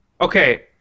Okay